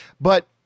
But-